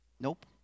Nope